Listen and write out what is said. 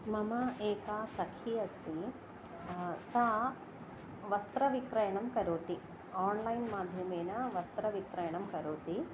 मम एका सखी अस्ति सा वस्त्रविक्रयणं करोति आण्लैन्माध्यमेन वस्त्रविक्रयणं करोति